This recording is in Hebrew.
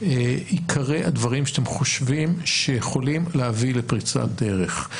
עיקרי הדברים שאתם חושבים שיכולים להביא לפריצת דרך.